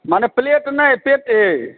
माने प्लेट नहि पेटे